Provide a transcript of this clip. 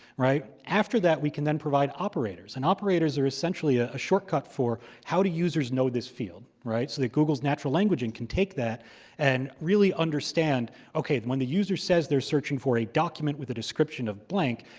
right? after that, we can then provide operators. and operators are essentially ah a shortcut for how do users know this field, right? so that google's natural language and can take that and really understand, ok, when the user says they're searching for a document with a description of blank,